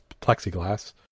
plexiglass –